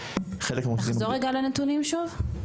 תחזור רגע על הנתונים שוב.